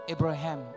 Abraham